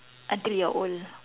until you're old